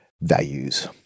values